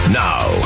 now